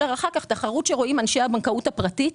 תחרות שרואים אנשי הבנקאות הפרטית,